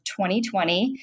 2020